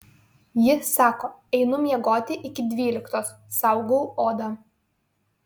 ji sako einu miegoti iki dvyliktos saugau odą